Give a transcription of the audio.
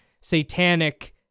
satanic